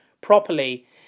properly